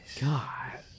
God